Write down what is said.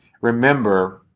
Remember